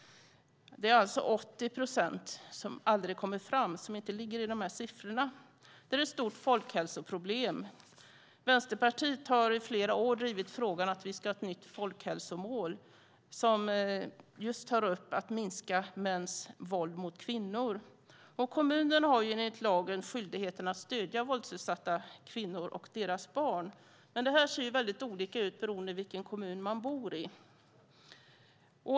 Det är alltså 80 procent som aldrig kommer fram, som inte finns med i siffrorna. Det är ett stort folkhälsoproblem. Vänsterpartiet har i flera år drivit frågan att vi ska ha ett nytt folkhälsomål som tar upp att minska mäns våld mot kvinnor. Kommunerna har enligt lagen skyldigheten att stödja våldsutsatta kvinnor och deras barn. Men det ser väldigt olika ut i olika kommuner.